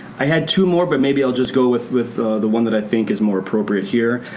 i had two more but maybe i'll just go with with the one that i think is more appropriate here.